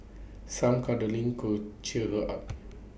some cuddling could cheer her up